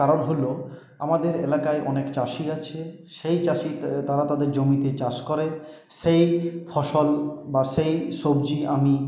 কারণ হল আমাদের এলাকায় অনেক চাষি আছে সেই চাষি তারা তাদের জমিতে চাষ করে সেই ফসল বা সেই সবজি আমি